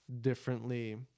differently